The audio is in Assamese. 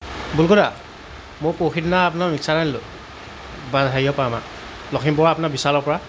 বুল্কু দা মই পৰহিদিনা আপোনাৰ মিকছাৰ এটা আনিলোঁ হেৰিৰৰ পৰা আমাৰ লখিমপুৰৰ আপোনাৰ বিশালৰ পৰা